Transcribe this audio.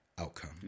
outcome